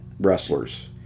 wrestlers